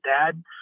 dad